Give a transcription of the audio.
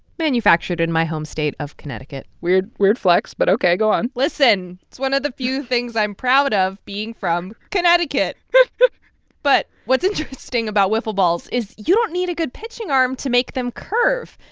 manufactured in my home state of connecticut weird weird flex, but ok. go on listen it's one of the few things i'm proud of being from connecticut but what's interesting about wiffle balls is you don't need a good pitching arm to make them curve.